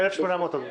1,800, אדוני.